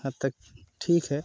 हद तक ठीक है